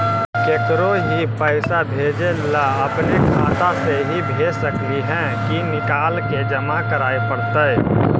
केकरो ही पैसा भेजे ल अपने खाता से ही भेज सकली हे की निकाल के जमा कराए पड़तइ?